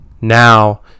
now